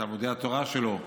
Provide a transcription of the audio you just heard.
את תלמודי התורה שלו,